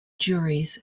juries